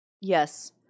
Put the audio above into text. Yes